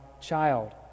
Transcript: child